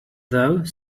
though